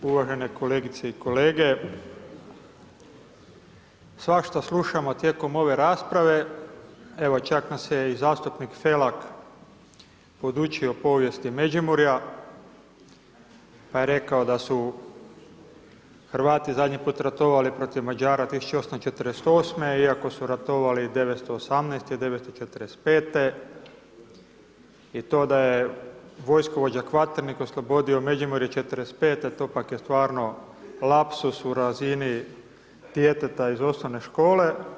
Uvažene kolegice i kolege, svašta slušamo tijekom ove rasprave, evo čak nas je i zastupnik Felak podučio povijesti Međimurja, pa je rekao da su Hrvati zadnji put ratovali protiv Mađara 1848. iako su ratovali 918.-te i 945.-te i to da je vojskovođa Kvaternik oslobodio Međimurje 45.-te, to pak je stvarno lapsus u razini djeteta iz osnovne škole.